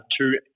two